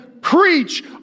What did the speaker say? preach